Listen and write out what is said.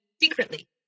secretly